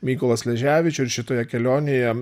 mykolą sleževičių ir šitoje kelionėje